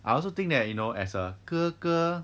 I also think that you know as a 哥哥